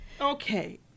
Okay